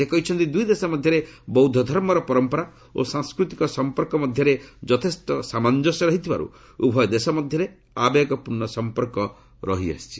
ସେ କହିଛନ୍ତି ଦୁଇଦେଶ ମଧ୍ୟରେ ବୌଦ୍ଧ ଧର୍ମର ପରମ୍ପରା ଓ ସାଂସ୍କୃତିକ ସଂପର୍କ ମଧ୍ୟରେ ଯଥେଷ୍ଟ ସାମଞ୍ଜସ୍ୟ ରହିଥିବାରୁ ଉଭୟ ଦେଶ ମଧ୍ୟରେ ଆବେଗପୂର୍ଣ୍ଣ ସଂପର୍କ ରହିଆସିଛି